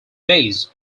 base